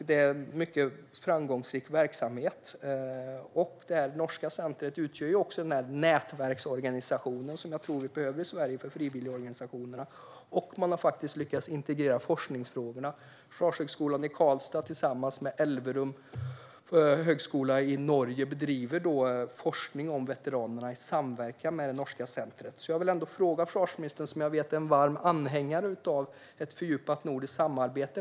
Det är en mycket framgångsrik verksamhet. Det norska centret utgör också den nätverksorganisation som också vi i Sverige behöver för frivilligorganisationerna. Här har man också lyckats integrera forskningsfrågorna. Försvarshögskolan i Karlstad bedriver tillsammans med högskolan i Elverum i Norge forskning om veteranerna i samverkan med det norska veterancentret. Jag vet att försvarsministern är en varm anhängare av ett fördjupat nordiskt samarbete.